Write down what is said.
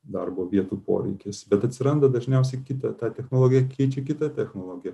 darbo vietų poreikis bet atsiranda dažniausiai kita ta technologiją keičia kita technologija